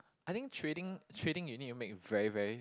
I think trading trading you need to make very very